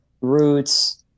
roots